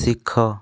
ଶିଖ